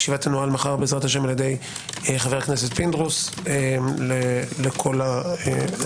הישיבה תנוהל מחר בעז"ה על ידי חבר הכנסת פינדרוס לכל המעוניינים.